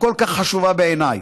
הכל-כך חשובה בעיניי.